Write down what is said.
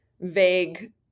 vague